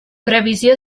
previsió